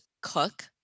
cook